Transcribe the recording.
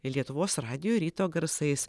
lietuvos radijo ryto garsais